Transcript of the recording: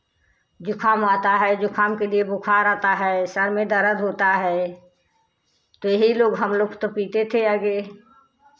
ज़ुकाम आता है ज़ुकाम के लिए बुखार आता है सर में दर्द होता है तो यही लोग हम लोग तो पीते थे आगे